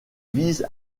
vise